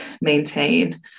maintain